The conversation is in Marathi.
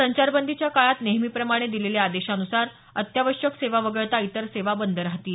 संचारबंदीच्या काळात नेहमीप्रमाणे दिलेल्या आदेशानुसार अत्यावश्यक सेवा वगळता इतर सेवा बंद राहतील